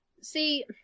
see